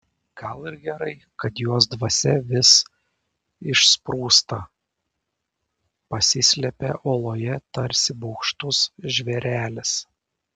gal ir gerai kad jos dvasia vis išsprūsta pasislepia oloje tarsi bugštus žvėrelis